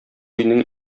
өйнең